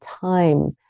time